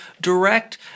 direct